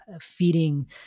feeding